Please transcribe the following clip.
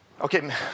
okay